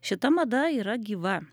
šita mada yra gyva